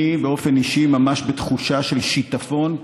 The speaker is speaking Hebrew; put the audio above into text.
אני באופן אישי ממש בתחושה של שיטפון,